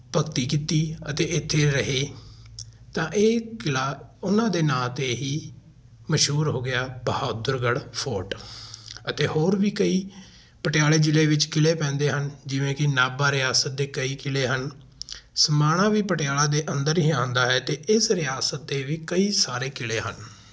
ਭਗਤੀ ਕੀਤੀ ਅਤੇ ਇੱਥੇ ਰਹੇ ਤਾਂ ਇਹ ਕਿਲ੍ਹਾ ਉਹਨਾਂ ਦੇ ਨਾਂ 'ਤੇ ਹੀ ਮਸ਼ਹੂਰ ਹੋ ਗਿਆ ਬਹਾਦਰਗੜ੍ਹ ਫੋਰਟ ਅਤੇ ਹੋਰ ਵੀ ਕਈ ਪਟਿਆਲੇ ਜ਼ਿਲ੍ਹੇ ਵਿੱਚ ਕਿਲ੍ਹੇ ਪੈਂਦੇ ਹਨ ਜਿਵੇਂ ਕਿ ਨਾਭਾ ਰਿਆਸਤ ਦੇ ਕਈ ਕਿਲ੍ਹੇ ਹਨ ਸਮਾਣਾ ਵੀ ਪਟਿਆਲਾ ਦੇ ਅੰਦਰ ਹੀ ਆਉਂਦਾ ਹੈ ਅਤੇ ਇਸ ਰਿਆਸਤ 'ਤੇ ਵੀ ਕਈ ਸਾਰੇ ਕਿਲ੍ਹੇ ਹਨ